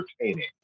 entertaining